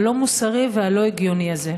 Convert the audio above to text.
הלא-מוסרי והלא-הגיוני הזה.